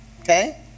Okay